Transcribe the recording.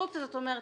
או להבהיר אותו.